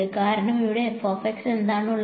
കാരണം ഇവിടെ എന്താണ് ഉള്ളത്